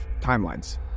timelines